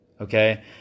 Okay